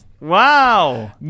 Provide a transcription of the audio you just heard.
Wow